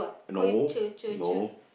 no no